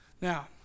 Now